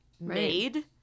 made